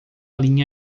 linha